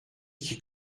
qui